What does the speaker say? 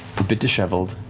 bit disheveled,